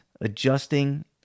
Adjusting